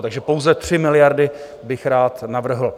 Takže pouze 3 miliardy bych rád navrhl.